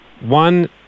One